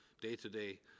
day-to-day